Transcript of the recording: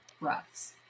breaths